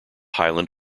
highland